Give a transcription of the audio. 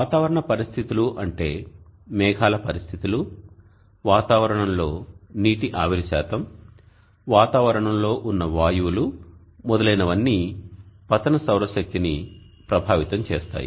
వాతావరణ పరిస్థితులు అంటే మేఘాల పరిస్థితులు వాతావరణంలో నీటి ఆవిరి శాతం వాతావరణంలో ఉన్న వాయువులు మొదలైనవన్నీ పతన సౌర శక్తిని ప్రభావితం చేస్తాయి